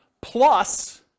plus